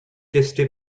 tester